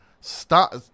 stop